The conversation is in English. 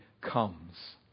comes